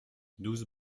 douze